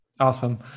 Awesome